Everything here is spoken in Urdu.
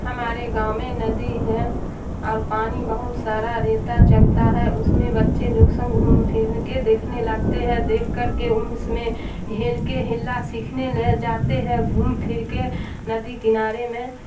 ہمارے گاؤں میں ندی ہے اور پانی بہت سارا ریتا چلتا ہے اس میں بچے لوگ سب گھوم پھر کے دیکھنے لگتے ہیں دیکھ کر کے اس میں ہیل کے ہیلا سیکھنے نا جاتے ہیں گھوم پھر کے ندی کنارے میں